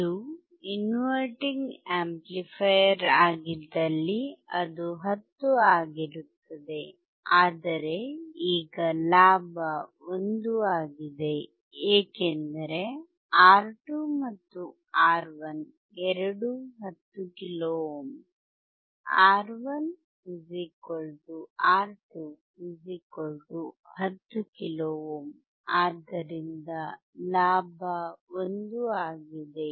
ಇದು inverting amplifier ಆಗಿದ್ದಲ್ಲಿ ಅದು 10 ಆಗಿರುತ್ತದೆ ಆದರೆ ಈಗ ಲಾಭ 1 ಆಗಿದೆ ಏಕೆಂದರೆ R 2 ಮತ್ತು R1 ಎರಡೂ 10 kilo ohm R1 R 2 10 kilo ohm ಆದ್ದರಿಂದ ಲಾಭ 1 ಆಗಿದೆ